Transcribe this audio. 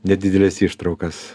nedideles ištraukas